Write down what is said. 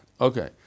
Okay